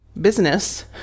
business